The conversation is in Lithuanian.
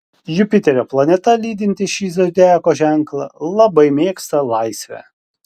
jupiterio planeta lydinti šį zodiako ženklą labai mėgsta laisvę